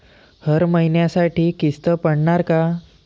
हर महिन्यासाठी किस्त पडनार का?